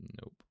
Nope